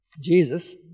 Jesus